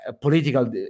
political